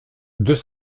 deux